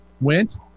went